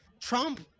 Trump